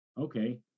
Okay